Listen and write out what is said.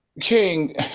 King